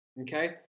Okay